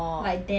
orh